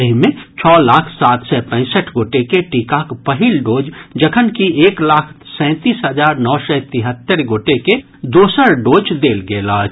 एहि मे छओ लाख सात सय पैंसठि गोटे के टीकाक पहिल डोज जखनकि एक लाख सैंतीस हजार नओ सय तिहत्तरि गोटे के दोसर डोज देल गेल अछि